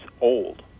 old